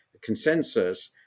consensus